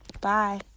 Bye